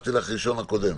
הבטחתי לך ראשון הקודם.